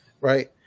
Right